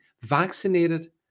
vaccinated